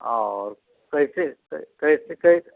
और कैसे कैसे कैसे